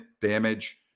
damage